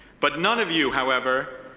but none of you, however,